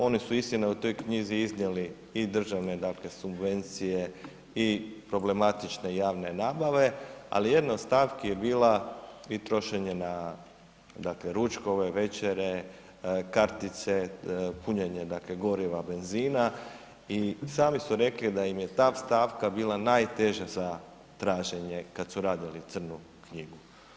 Oni su, istina, u toj knjizi iznijeli i državne dakle subvencije, i problematične javne nabave, ali jedna od stavki je bila i trošenje na dakle ručkove, večere, kartice, punjenje dakle goriva benzina i sami su rekli da im je ta stavka bila najteža za traženje kad su radili Crnu knjigu.